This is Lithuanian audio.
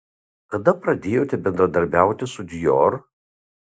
kada pradėjote bendradarbiauti su dior